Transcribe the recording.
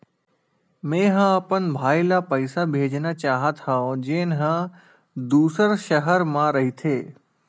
मेंहा अपन भाई ला पइसा भेजना चाहत हव, जेन हा दूसर शहर मा रहिथे